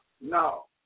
no